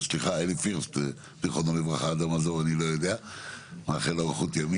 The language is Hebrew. לא לוקח חלק בקידום התוכניות,